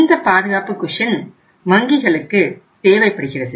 இந்த பாதுகாப்பு குஷன் வங்கிகளுக்கு தேவைப்படுகிறது